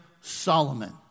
Solomon